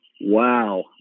Wow